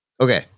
okay